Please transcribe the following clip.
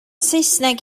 saesneg